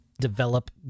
develop